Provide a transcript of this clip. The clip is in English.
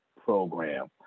program